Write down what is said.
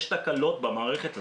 יש תקלות במערכת הזאת,